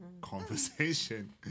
conversation